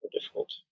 difficult